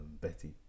Betty